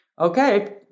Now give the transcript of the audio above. okay